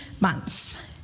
months